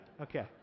okay